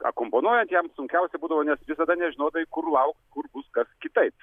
akomponuojant jam sunkiausia būdavo nes visada nežinodavai kur laukt kur bus kas kitaip